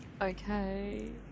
Okay